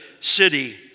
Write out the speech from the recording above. city